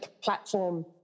platform